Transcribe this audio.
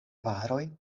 varoj